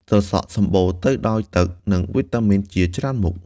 ត្រសក់ សម្បូរទៅដោយទឹក និងវីតាមីនជាច្រើនមុខ។